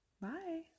Bye